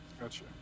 Gotcha